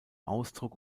ausdruck